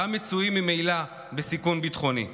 גם מצויים ממילא בסיכון ביטחוני.